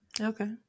Okay